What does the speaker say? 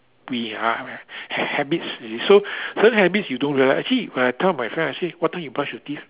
we are h~ habits you see so certain habits you don't realise actually when I tell my friend I say what time you brush your teeth